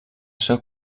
seu